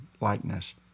likeness